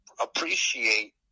appreciate